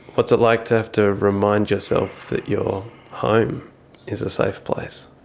what's it like to have to remind yourself that your home is a safe place?